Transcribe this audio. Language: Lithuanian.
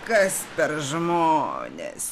kas per žmonės